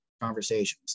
conversations